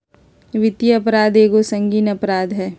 वित्तीय अपराध एगो संगीन अपराध हइ